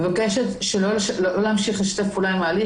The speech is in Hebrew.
היא מבקשת שלא להמשיך לשתף פעולה עם ההליך.